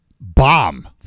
bomb